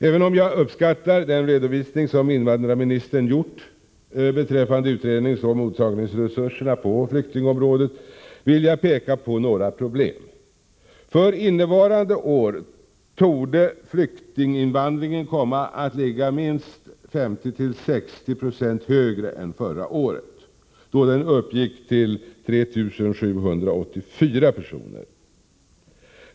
Även om jag uppskattar den redovisning som invandrarministern gjort beträffande utredningsoch mottagningsresurserna på flyktingområdet vill jag peka på några problem. För innevarande år torde flyktinginvandringen komma att ligga minst 50-60 20 högre än förra året, då den uppgick till 3 784 personer.